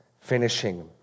finishing